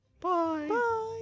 Bye